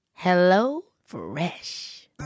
HelloFresh